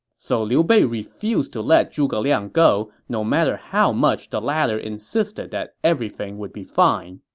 so liu bei refused to let zhuge liang go, no matter how much the latter insisted that everything would be fine.